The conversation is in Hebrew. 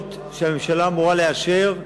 הגזירות שהממשלה אמורה לאשר,